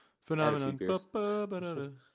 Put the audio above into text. phenomenon